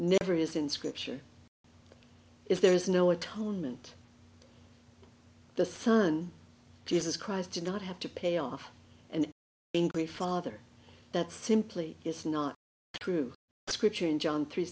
never is in scripture is there is no atonement the son jesus christ did not have to pay off an english father that simply is not true scripture in john three